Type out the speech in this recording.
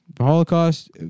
Holocaust